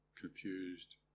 confused